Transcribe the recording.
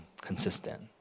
consistent